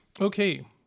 okay